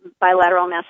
bilateral